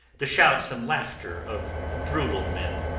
the shouts and laughter of brutal men,